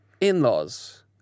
in-laws